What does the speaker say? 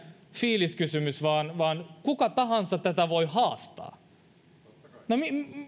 fiiliskysymys vaan vaan kuka tahansa tätä voi haastaa